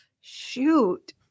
Shoot